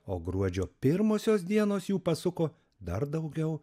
o gruodžio pirmosios dienos jų pasuko dar daugiau